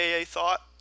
thought